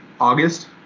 August